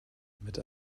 mit